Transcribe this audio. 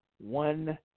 One